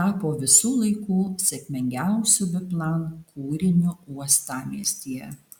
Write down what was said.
tapo visų laikų sėkmingiausiu biplan kūriniu uostamiestyje